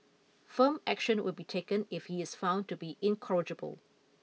firm action will be taken if he is found to be incorrigible